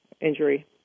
injury